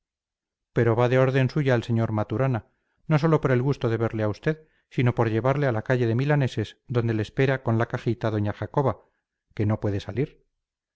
pero va de orden suya el sr maturana no sólo por el gusto de verle a usted sino por llevarle a la calle de milaneses donde le espera con la cajita doña jacoba que no puede salir